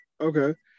okay